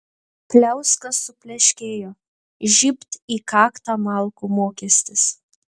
pliauska supleškėjo žybt į kaktą malkų mokestis